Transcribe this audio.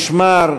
משמר,